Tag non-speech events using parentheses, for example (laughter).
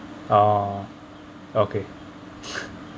ah okay (laughs)